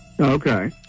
Okay